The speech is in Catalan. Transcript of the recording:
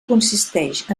consisteix